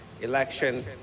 election